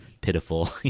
pitiful